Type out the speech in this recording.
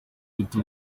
guta